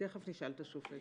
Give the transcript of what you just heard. תכף נשאל את השופט.